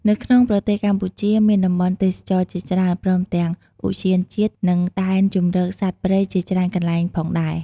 នៅក្នុងប្រទេសកម្ពុជាមានតំបន់់ទេសចរណ៏ជាច្រើនព្រមទាំងឧទ្យានជាតិ និងដែនជម្រកសត្វព្រៃជាច្រើនកន្លែងផងដែរ។